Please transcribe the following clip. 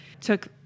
took